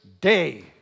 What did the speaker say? day